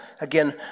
Again